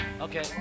Okay